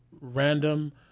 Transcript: random